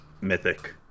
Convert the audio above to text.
mythic